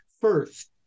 First